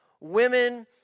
Women